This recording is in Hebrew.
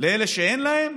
לאלה שאין להם,